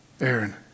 Aaron